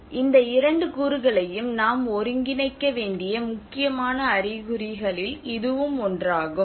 இந்த இரண்டு கூறுகளையும் நாம் ஒருங்கிணைக்க வேண்டிய முக்கியமான அறிகுறிகளில் இதுவும் ஒன்றாகும்